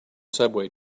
subway